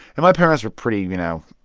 and my parents were pretty, you know,